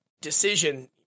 decision